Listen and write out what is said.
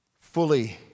Fully